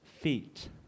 feet